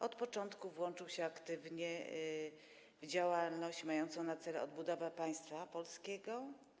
Od początku włączył się aktywnie w działalność mającą na celu odbudowę państwa polskiego.